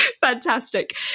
Fantastic